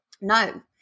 No